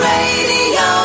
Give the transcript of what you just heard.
Radio